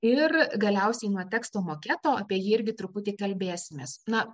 ir galiausiai nuo teksto maketo apie jį irgi truputį kalbėsimės na